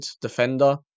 defender